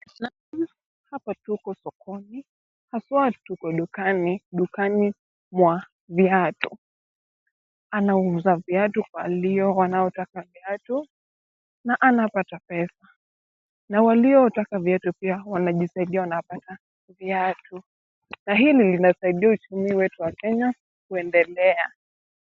Hapa tuko sokoni. Haswa tuko dukani, dukani mwa viato. Anauza viatu kwa aliyo wanaotaka viatu, na anapata pesa. Na waliotaka viatu pia wanajisaidia wanapata viatu. Na hili linasaidia uchumi wetu wa Kenya, kuendelea.